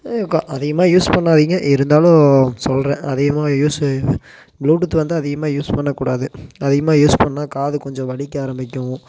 அதிகமாக யூஸ் பண்ணாதிங்க இருந்தாலும் சொல்கிறேன் அதிகமாக யூஸு ப்ளூடூத் வந்து அதிகமாக யூஸ் பண்ணக்கூடாது அதிகமாக யூஸ் பண்ணால் காது கொஞ்சம் வலிக்க ஆரம்பிக்கும்